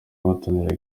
bahataniraga